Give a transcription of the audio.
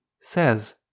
says